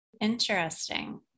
Interesting